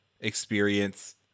experience